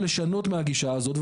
לשנות מהגישה הזאת,